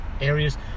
areas